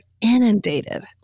inundated